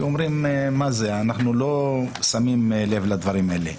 כי אומרים מה זה, אנחנו לא שמים לב לדברים האלה.